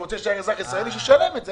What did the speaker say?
אם הוא רוצה להישאר אזרח ישראלי שישלם עבור זה,